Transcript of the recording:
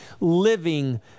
living